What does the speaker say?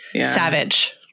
Savage